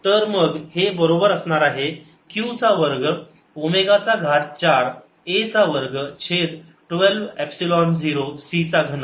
तर मग हे बरोबर असणार आहे q चा वर्ग ओमेगा चा घात चार a चा वर्ग छेद 12 एपसिलोन झिरो c चा घन